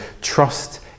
trust